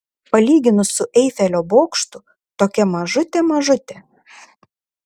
palyginus su eifelio bokštu tokia mažutė mažutė